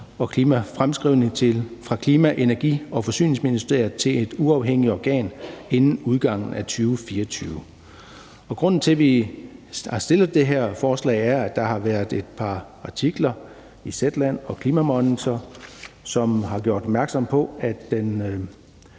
og klimafremskrivning fra Klima-, Energi- og Forsyningsministeriet til et uafhængigt organ inden udgangen af 2024. Grunden til, at vi har fremsat det her forslag, er, at der har været et par artikler i Zetland og Klimamonitor, som har gjort opmærksom på, at den